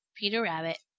peter rabbit.